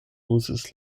uzis